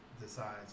decides